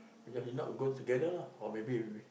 ya he not going together lah